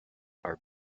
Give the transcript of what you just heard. are